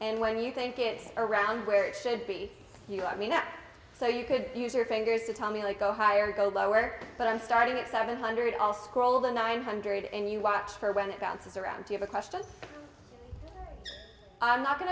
and when you think it's around where it should be you i mean not so you could use your fingers to tell me to go higher go lower but i'm starting at seven hundred all scroll the nine hundred and you watch for when it counts as around you have a question i'm not going